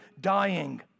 dying